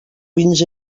vins